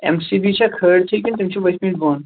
M C B چھا کھٲلِتھٕے کِنہٕ تِم چھِ ؤتھۍمٕتۍ بۄن